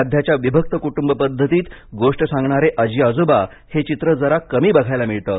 सध्याच्या विभक्त कुटुंबपद्धतीत गोष्ट सांगणारे आजी आजोबा हे चित्र जरा कमी बघायला मिळतं